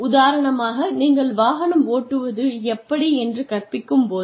உதாரணமாக நீங்கள் வாகனம் ஓட்டுவது எப்படி என்று கற்பிக்கும் போது